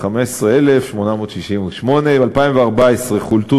39,415,868 שקלים, ב-2014 חולטו